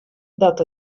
dat